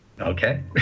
Okay